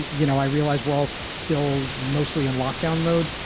you know, i realize we're all still mostly in lockdown mode.